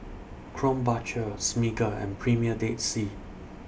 Krombacher Smiggle and Premier Dead Sea